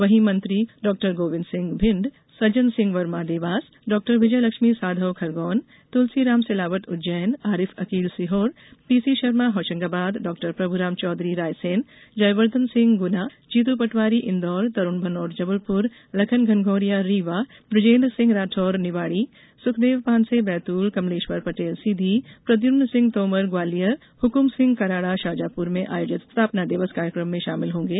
वहीं मंत्री doctor Govind Singh Bhind Sajjan Singh Verma Dewas doctor Vijayalakshmi Sadho Khargone Tulsiram Silawat Ujjain Arif Aqeel Sehore PC Sharma Hoshangabad doctor Prabhuram Choudhary Raisen Jaivardhan Singh Guna Jitu Patwari Indore Tarun Bhanot Jabalpur Lakhan Ghanghoria Rewa Brijendra Singh Rathore Niwari Sukhdev Panse Betul Kamleshwar Patel Sidhi Pradyumn Singh Tomar Gwalior Hukum Singh Karada Shajapur में आयोजित स्थापना दिवस कार्यकम में शामिल होंगे